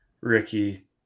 Ricky